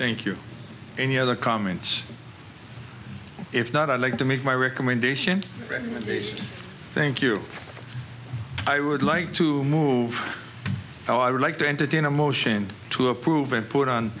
thank you any other comments if not i'd like to make my recommendation thank you i would like to move oh i would like to entertain a motion to approve and put on